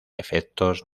efectos